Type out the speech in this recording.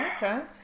Okay